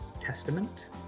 Testament